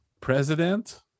president